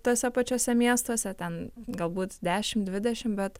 tuose pačiuose miestuose ten galbūt dešim dvidešim bet